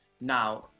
Now